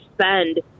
spend